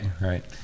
right